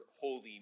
holy